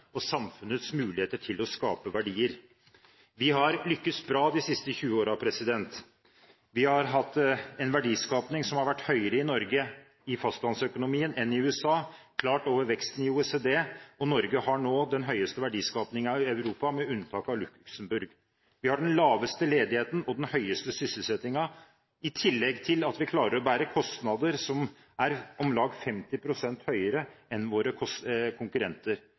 og samfunnets muligheter til å skape verdier. Vi har lyktes bra de siste 20 årene. Vi har hatt en verdiskaping som har vært høyere i Norges fastlandsøkonomi enn i USA, klart over veksten i OECD, og Norge har nå den høyeste verdiskapingen i Europa, med unntak av Luxemburg. Vi har den laveste ledigheten og den høyeste sysselsettingen, i tillegg til at vi klarer å bære kostnader som er om lag 50 pst. høyere enn våre